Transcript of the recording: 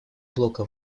блока